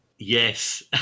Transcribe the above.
Yes